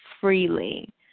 freely